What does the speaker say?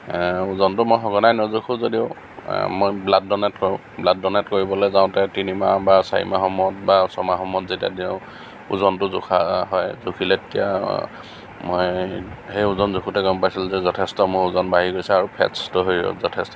ওজনটো মই সঘনাই নোজোখো যদিও মই ব্লাড ড'নেট কৰোঁ ব্লাড ড'নেট কৰিবলৈ যাওঁতে তিনি মাহ বা চাৰি মাহৰ মূৰত বা ছমাহৰ মূৰত যেতিয়া দিওঁ ওজনটো জোখা হয় জুখিলে তেতিয়া মই সেই ওজন জোখোতে গম পাইছিলোঁ যে যথেষ্ট মোৰ ওজন বাঢ়ি গৈছে আৰু ফেট্চটো হৈ গ'ল যথেষ্ট